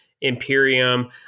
Imperium